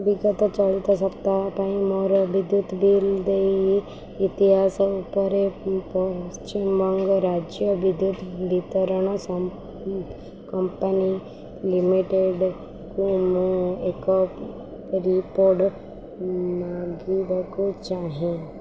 ବିଗତ ଚଳିତ ସପ୍ତାହ ପାଇଁ ମୋର ବିଦ୍ୟୁତ ବିଲ୍ ଦେଇ ଇତିହାସ ଉପରେ ପଶ୍ଚିମବଙ୍ଗ ରାଜ୍ୟ ବିଦ୍ୟୁତ ବିତରଣ କମ୍ପାନୀ ଲିମିଟେଡ଼୍କୁ ମୁଁ ଏକ ରିପୋର୍ଟ ମାଗିବାକୁ ଚାହେଁ